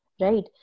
right